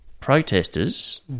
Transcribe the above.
protesters